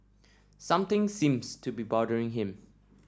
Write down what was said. something seems to be bothering him